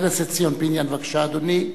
חבר הכנסת ציון פיניאן, בבקשה, אדוני.